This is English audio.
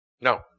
no